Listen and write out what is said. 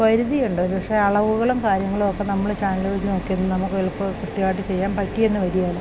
പരിതിയുണ്ട് ഒരു പക്ഷേ അളവുകളും കാര്യങ്ങളും ഒക്കെ നമ്മൾ ചാനല് വഴി നോക്കി എന്ന് നമുക്ക് എളുപ്പം കൃത്യമായിട്ട് ചെയ്യാൻ പറ്റിയെന്ന് വരികേല